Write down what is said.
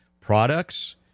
products